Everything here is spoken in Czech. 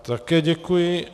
Také děkuji.